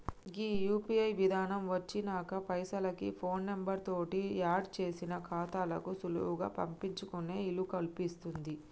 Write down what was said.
గీ UPI విధానం వచ్చినంక పైసలకి ఫోన్ నెంబర్ తోటి ఆడ్ చేసిన ఖాతాలకు సులువుగా పంపించుకునే ఇలుకల్పింది